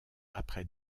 après